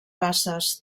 basses